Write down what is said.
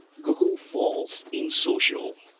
google falls in social